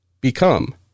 become